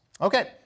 Okay